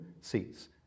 seats